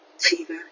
Fever